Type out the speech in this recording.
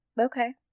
Okay